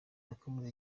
yakomeje